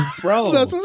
bro